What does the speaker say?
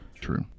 true